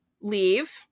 leave